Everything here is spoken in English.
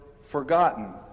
forgotten